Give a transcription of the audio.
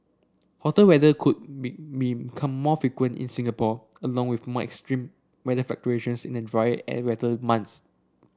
hotter weather could be become more frequent in Singapore along with more extreme weather fluctuations in the drier and wetter months